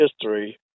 history